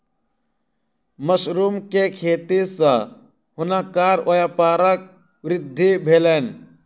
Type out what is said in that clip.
mushroom के खेती सॅ हुनकर व्यापारक वृद्धि भेलैन